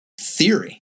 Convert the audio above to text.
theory